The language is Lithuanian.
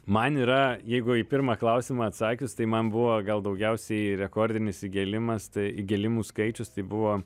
man yra jeigu į pirmą klausimą atsakius tai man buvo gal daugiausiai rekordinis įgėlimas tai įgėlimų skaičius tai buvo